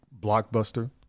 blockbuster